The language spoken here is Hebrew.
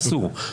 אסור.